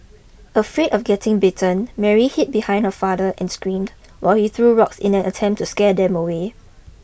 afraid of getting bitten Mary hid behind her father and screamed while he threw rocks in an attempt to scare them away